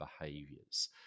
behaviors